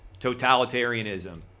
totalitarianism